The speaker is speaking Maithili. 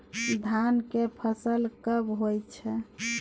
धान के फसल कब होय छै?